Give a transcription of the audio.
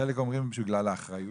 חלק אומרים שזה בגלל האחריות